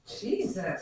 Jesus